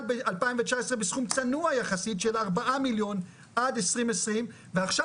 ב-2019 בסכום צנוע יחסית של 4 מיליון עד 2020 ועכשיו